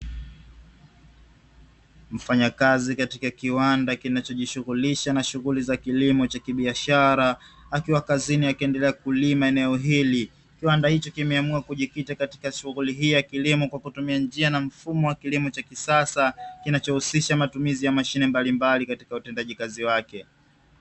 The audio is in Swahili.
Mfanyakazi katika kiwanda kinachojishughulisha na kilimo cha kibiashara akiwa kazini, akiendelea kulima eneo hili. Kiwanda hiki kimeamua kujikita katika shughuli hii ya kilimo kwa kutumia njia na mfumo wa kilimo cha kisasa kinachohusisha matumizi ya mashine mbalimbali katika utendaji kazi wake.